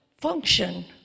function